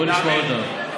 בוא נשמע אותם.